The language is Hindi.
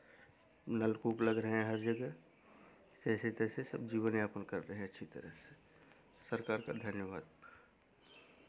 नल खूब लग रहे हैं हर जगह जैसे तैसे सब जीवन यापन कर रहे हैं अच्छी तरह से सरकार का धन्यवाद